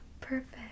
perfect